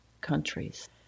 countries